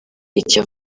icyo